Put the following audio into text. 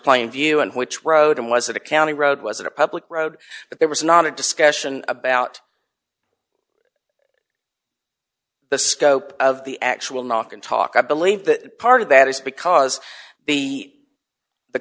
plain view in which road and was a county road was a public road but there was not a discussion about the scope of the actual knock and talk i believe that part of that is because the the